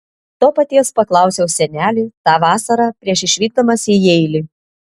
to paties paklausiau senelį tą vasarą prieš išvykdamas į jeilį